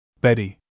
Betty